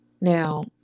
Now